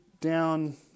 down